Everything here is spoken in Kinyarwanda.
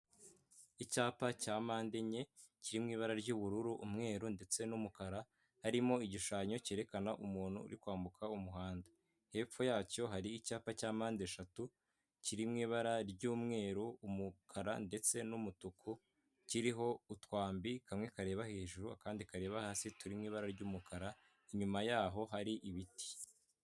Icyapa cya mpande enye kiri mu ibara ry'ubururu, umweru ndetse n'umukara harimo igishushanyo cyerekana umuntu uri kwambuka umuhanda. Hepfo yacyo hari icyapa cya mpande eshatu kiri mw'ibara ry'umweru, umukara ndetse n'umutuku, kiriho utwambi kamwe kareba hejuru kandi kareba hasi turimo ibara ry'umukara, inyuma yaho hari ibiti.